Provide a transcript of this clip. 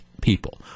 people